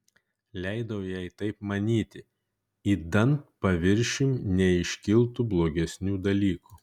leidau jai taip manyti idant paviršiun neiškiltų blogesnių dalykų